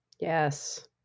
yes